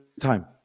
time